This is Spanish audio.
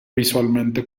visualmente